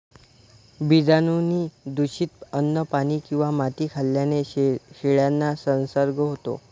बीजाणूंनी दूषित अन्न, पाणी किंवा माती खाल्ल्याने शेळ्यांना संसर्ग होतो